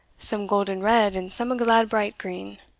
some golden red and some a glad bright green.